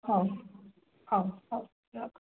ହଉ ହଉ ହଉ ରଖ